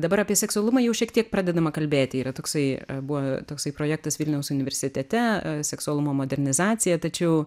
dabar apie seksualumą jau šiek tiek pradedama kalbėti yra toksai buvo toks projektas vilniaus universitete seksualumo modernizacija tačiau